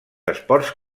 esports